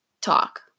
talk